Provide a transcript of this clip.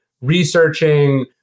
researching